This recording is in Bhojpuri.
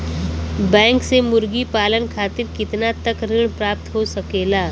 बैंक से मुर्गी पालन खातिर कितना तक ऋण प्राप्त हो सकेला?